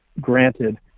Granted